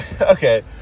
Okay